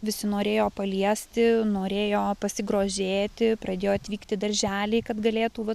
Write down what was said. visi norėjo paliesti norėjo pasigrožėti pradėjo atvykti darželiai kad galėtų va